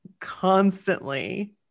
constantly